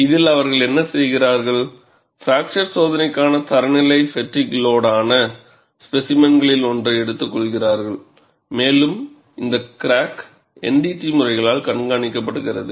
இதில் அவர்கள் என்ன செய்கிறார்கள் பிராக்சர் சோதனைக்கான தரநிலை ஃப்பெட்டிக் லோடான ஸ்பெசிமென்களில் ஒன்றை எடுத்துக்கொள்கிறார்கள் மேலும் இந்த கிராக் NDT முறைகளால் கண்காணிக்கப்படுகிறது